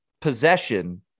possession